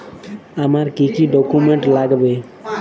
আমার কি কি ডকুমেন্ট লাগবে?